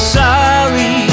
sorry